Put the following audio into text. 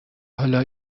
حالا